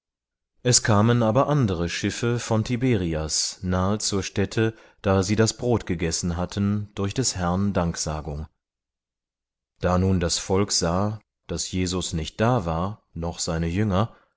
es kamen aber andere schiffe von tiberias nahe zur stätte da sie das brot gegessen hatten durch des herrn danksagung da nun das volk sah daß jesus nicht da war noch seine jünger